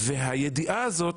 והידיעה הזאת